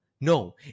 No